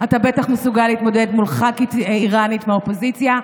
אתה בטח מסוגל להתמודד ח"כית איראנית מהאופוזיציה,